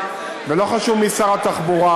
ולא חשוב מי שר התחבורה.